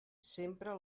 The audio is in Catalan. sempre